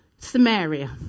Samaria